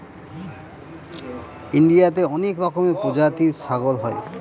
ইন্ডিয়াতে অনেক রকমের প্রজাতির ছাগল হয়